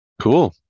cool